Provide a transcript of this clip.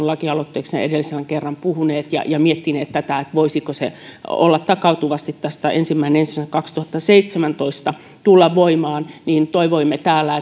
lakialoitteesta edellisen kerran puhuneet ja ja miettineet tätä voisiko se takautuvasti ensimmäinen ensimmäistä kaksituhattaseitsemäntoista tulla voimaan ja toivoimme täällä